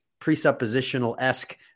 presuppositional-esque